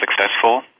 successful